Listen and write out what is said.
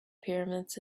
pyramids